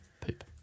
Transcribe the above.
Poop